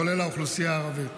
כולל האוכלוסייה הערבית.